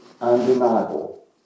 undeniable